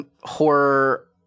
horror